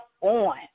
on